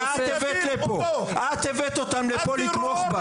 זה את הבאת אותם לפה לתמוך בך.